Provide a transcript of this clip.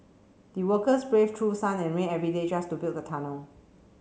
the workers braved through sun and rain every day just to build the tunnel